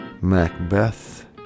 Macbeth